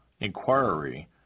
inquiry